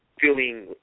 feeling